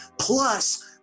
plus